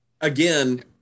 again